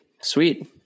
Sweet